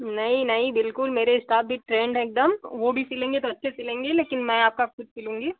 नहीं नहीं बिल्कुल मेरे स्टाफ भी ट्रेंड हैं एकदम वो भी सिलेंगे तो अच्छे सिलेंगे लेकिन मैं आपका खुद सिलूँगी